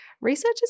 Researchers